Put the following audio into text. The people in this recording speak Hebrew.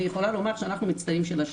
אני יכולה לומר שאנחנו מצטיינים של השטח.